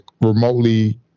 remotely